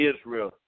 Israel